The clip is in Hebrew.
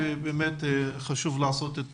באמת חשוב לעשות את